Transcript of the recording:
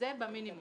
זה במינימום